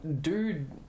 dude